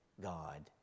God